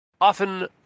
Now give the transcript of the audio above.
often